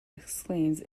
exclaims